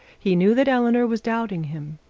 he knew that eleanor was doubting him,